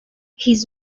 his